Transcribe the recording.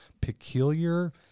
peculiar